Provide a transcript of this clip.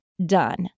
Done